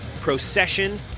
procession